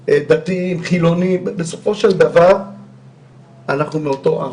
דתיים, חילוניים אנחנו מאותו עם.